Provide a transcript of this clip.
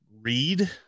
read